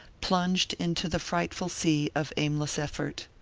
plunged into the frightful sea of aimless effort.